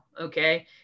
okay